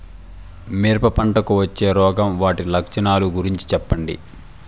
మిరప పంటకు వచ్చే రోగం వాటి లక్షణాలు గురించి చెప్పండి?